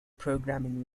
programming